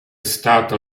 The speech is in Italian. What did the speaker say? stata